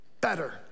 better